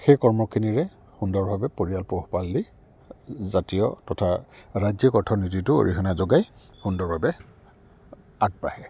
সেই কৰ্মখিনিৰে সুন্দৰভাৱে পৰিয়াল পোহপাল দি জাতীয় তথা ৰাজ্যিক অৰ্থনীতিটো অৰিহণা যোগাই সুন্দৰভাৱে আগবাঢ়ে